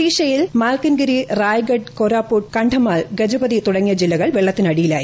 ഒഡീഷയിൽ മാൽക്കൻഗിരി റായഗഡ് കോരാപുട്ട് കന്ധമാൽ ഗജപതി തുടങ്ങിയ ജില്ലകൾ വെള്ളത്തിനടിയിലായി